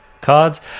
Cards